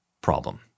problem